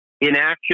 Inaction